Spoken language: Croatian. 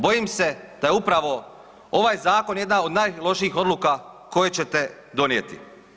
Bojim se da je upravo ovaj zakon jedna od najlošijih odluka koje ćete donijeti.